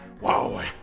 Wow